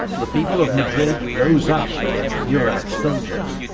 the people of madrid rose up against murat's soldiers.